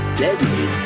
deadly